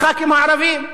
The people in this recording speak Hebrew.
הח"כים הערבים.